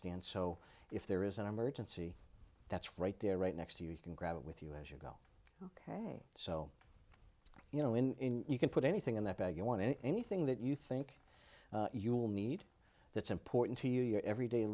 stand so if there is an emergency that's right there right next to you can grab it with you as you go ok so you know when you can put anything in that bag you want anything that you think you will need that's important to you your every day